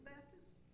Baptists